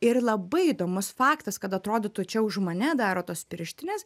ir labai įdomus faktas kad atrodytų čia už mane daro tos pirštinės